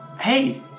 Hey